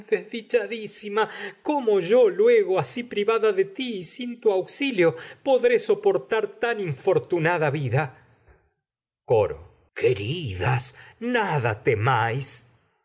tu cómo yo luego tan asi privada de auxilio podré soportar infortunada vida coro queridas nada temáis